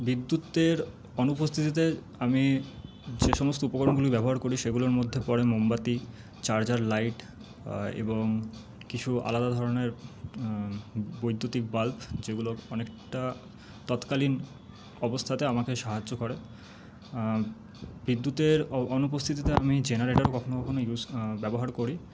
বিদ্যুতের অনুপস্থিতিতে আমি যে সমস্ত উপকরণগুলি ব্যবহার করি সেগুলোর মধ্যে পড়ে মোমবাতি চার্জার লাইট এবং কিছু আলাদা ধরণের বৈদ্যুতিক বাল্ব যেগুলো অনেকটা তৎকালীন অবস্থাতে আমাকে সাহায্য করে বিদ্যুতের অনুপস্থিতিতে আমি জেনারেটার কখনো কখনো ইউস ব্যবহার করি